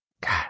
God